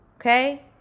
Okay